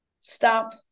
stop